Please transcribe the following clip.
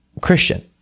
Christian